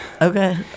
Okay